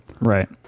Right